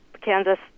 Kansas